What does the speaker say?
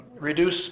reduce